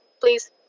please